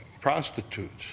prostitutes